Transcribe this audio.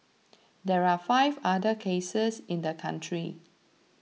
there are five other cases in the country